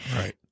Right